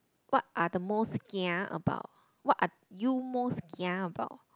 what are the most kia about what are you most kia about